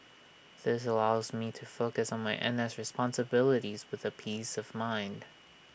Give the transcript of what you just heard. this allows me to focus on my N S responsibilities with the peace of mind